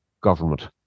government